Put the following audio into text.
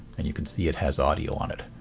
and you can see it has audio on it.